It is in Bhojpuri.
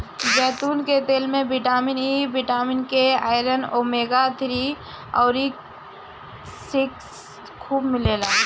जैतून के तेल में vitamin E, vitamin K, iron, omega three अउरी सिक्स खूब मिलेला